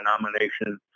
nomination